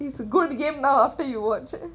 it's a good game now after you watch